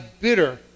bitter